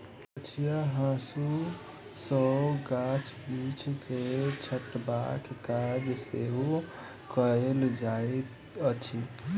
कचिया हाँसू सॅ गाछ बिरिछ के छँटबाक काज सेहो कयल जाइत अछि